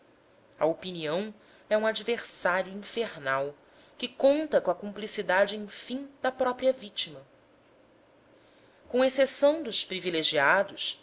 a opinião é um adversário infernal que conta com a cumplicidade enfim da própria vitima com exceção dos privilegiados